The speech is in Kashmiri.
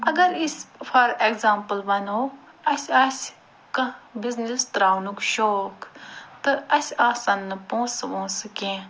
اگر أسۍ فار ایٚگزامپٕل وَنو اسہِ آسہِ کانٛہہ بِزنیٚس ترٛاونُک شوق تہٕ اسہِ آسَن نہٕ پونٛسہٕ وونٛسہٕ کیٚنٛہہ